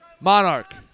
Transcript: Monarch